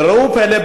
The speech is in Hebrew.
וראו זה פלא,